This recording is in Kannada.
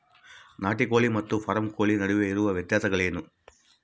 ನಾಟಿ ಕೋಳಿ ಮತ್ತು ಫಾರಂ ಕೋಳಿ ನಡುವೆ ಇರುವ ವ್ಯತ್ಯಾಸಗಳೇನು?